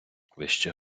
вище